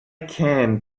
can